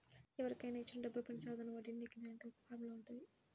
ఎవరికైనా ఇచ్చిన డబ్బులపైన సాధారణ వడ్డీని లెక్కించడానికి ఒక ఫార్ములా వుంటది